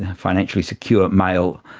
and financially secure male,